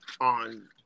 on